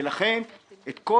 ולכן את כל